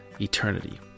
eternity